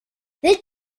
willst